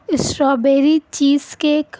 strawberry cheese cake